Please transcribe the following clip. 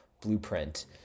blueprint